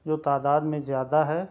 جو تعداد میں زیادہ ہے